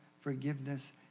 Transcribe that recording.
forgiveness